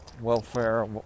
welfare